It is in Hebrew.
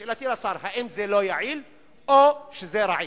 שאלתי לשר, האם זה לא יעיל או שזה רעיל?